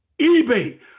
ebay